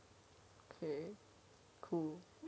okay cool